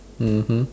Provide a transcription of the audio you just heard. mmhmm